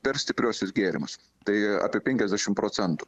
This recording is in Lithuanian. per stipriuosius gėrimus tai apie penkiasdešim procentų